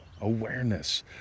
awareness